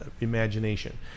imagination